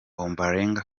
ombolenga